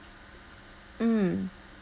mm